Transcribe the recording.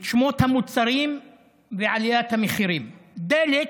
את שמות המוצרים ועליית המחירים: דלק,